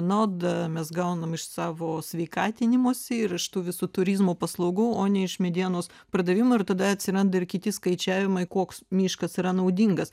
naudą mes gaunam iš savo sveikatinimosi ir iš tų visų turizmo paslaugų o ne iš medienos pardavimų ir tada atsiranda ir kiti skaičiavimai koks miškas yra naudingas